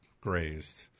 grazed